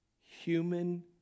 Human